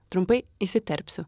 trumpai įsiterpsiu